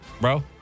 bro